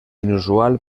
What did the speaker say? inusual